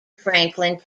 franklin